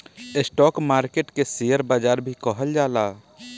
stock market के share बाजार भी कहल जाला